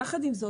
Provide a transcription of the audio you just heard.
יחד עם זאת,